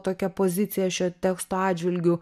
tokią poziciją šio teksto atžvilgiu